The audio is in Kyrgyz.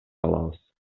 алабыз